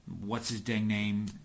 What's-his-dang-name